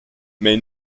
may